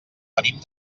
venim